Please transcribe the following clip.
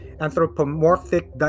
anthropomorphic